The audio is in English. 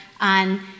on